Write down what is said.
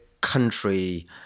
country